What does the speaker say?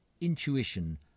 intuition